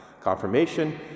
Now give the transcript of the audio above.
confirmation